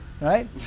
right